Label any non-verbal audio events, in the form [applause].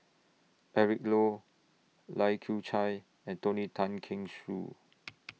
Eric Low Lai Kew Chai and Tony Tan Keng [unintelligible]